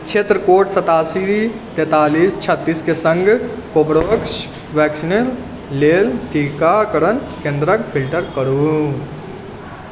क्षेत्र कोड सतासी तैंतालीस छत्तीस के सङ्ग कोरबेवेक्स वैक्सीन लेल टीकाकरण केंद्रक फ़िल्टर करु